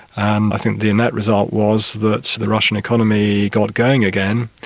and i think the net result was that the russian economy got going again,